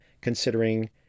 considering